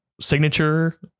signature